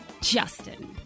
Justin